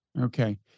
Okay